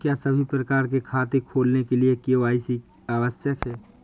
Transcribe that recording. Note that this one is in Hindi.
क्या सभी प्रकार के खाते खोलने के लिए के.वाई.सी आवश्यक है?